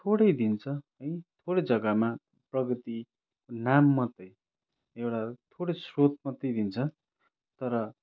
थोरै दिन्छ है थोरै जग्गामा प्रगति नाम मात्रै एउटा थोरै स्रोत मात्रै दिन्छ तर